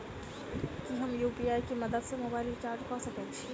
की हम यु.पी.आई केँ मदद सँ मोबाइल रीचार्ज कऽ सकैत छी?